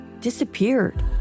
disappeared